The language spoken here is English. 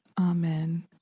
Amen